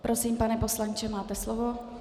Prosím, pane poslanče, máte slovo.